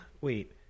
Wait